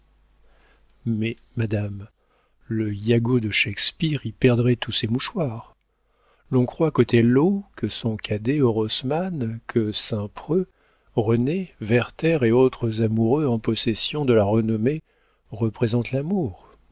mais madame le yago de shakspeare y perdrait tous ses mouchoirs l'on croit qu'othello que son cadet orosmane que saint-preux rené werther et autres amoureux en possession de la renommée représentent l'amour